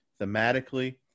thematically